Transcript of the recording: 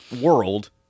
world